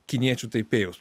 kiniečių taipėjaus